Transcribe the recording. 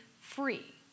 free